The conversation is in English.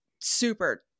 super